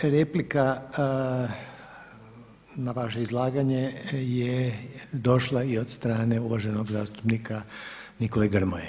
Replika na vaše izlaganje je došla i od strane uvaženog zastupnika Nikole Grmoje.